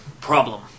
problem